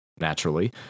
naturally